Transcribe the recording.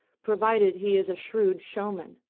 provided he is a shrewd showman.